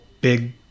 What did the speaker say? big